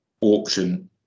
auction